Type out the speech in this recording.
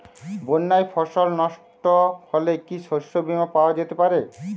বন্যায় ফসল নস্ট হলে কি শস্য বীমা পাওয়া যেতে পারে?